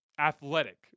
athletic